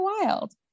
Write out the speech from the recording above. wild